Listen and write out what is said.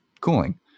cooling